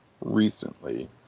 recently